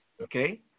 Okay